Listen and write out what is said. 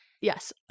Yes